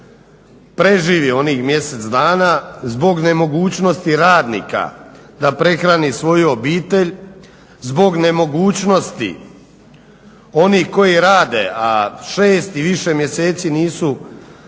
preživi onih mjesec dana, zbog nemogućnosti radnika da prehrani svoju obitelj, zbog nemogućnosti onih koji rade, a šest i više mjeseci nisu